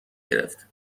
گرفت